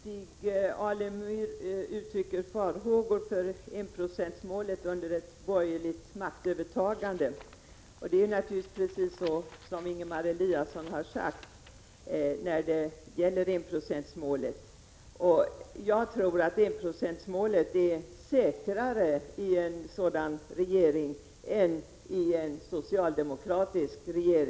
Herr talman! Stig Alemyr uttryckte farhågor beträffande enprocentsmålet, om det skulle bli ett borgerligt maktövertagande. När det gäller enprocentsmålet förhåller det sig naturligtvis just som Ingemar Eliasson sade. Jag tror att enprocentsmålet uppnås säkrare, om vi har en borgerlig regering än om vi har en socialdemokratisk.